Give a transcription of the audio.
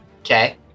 okay